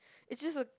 it's just a